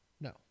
No